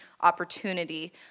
opportunity